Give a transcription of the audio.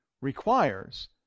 requires